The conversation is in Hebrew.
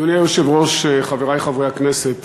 אדוני היושב-ראש, חברי חברי הכנסת,